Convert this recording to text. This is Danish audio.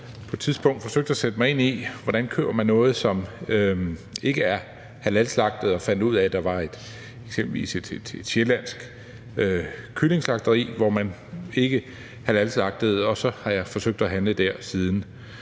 forsøgte at sætte mig ind i, hvordan man køber noget, som ikke er halalslagtet. Jeg fandt ud af, at der eksempelvis var et sjællandsk kyllingeslagteri, hvor man ikke halalslagtede, og så har jeg forsøgt at handle der siden.